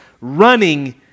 running